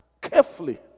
carefully